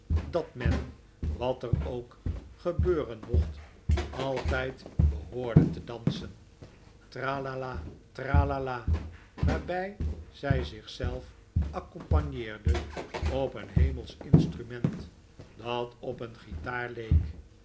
dat men wat er ook gein den tuin beuren mocht altijd behoorde te dansen tra la la tra la la waarbij zij zich zelf accompagneerde op een hemelsch instrument dat op een guitaar leek